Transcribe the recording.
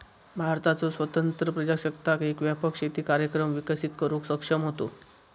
भारताचो स्वतंत्र प्रजासत्ताक एक व्यापक शेती कार्यक्रम विकसित करुक सक्षम होतो